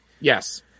Yes